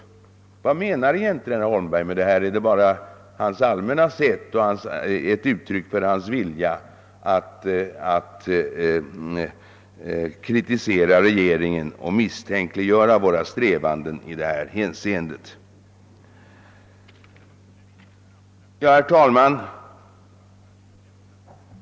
Vad menar herr Holmberg egentligen? Är hans tal bara ett allmänt uttryck för hans vilja att kritisera regeringen och misstänkliggöra dess strävanden i detta hänseende?